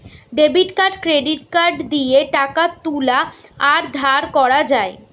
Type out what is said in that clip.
debit card credit card দিয়ে টাকা তুলা আর ধার করা যায়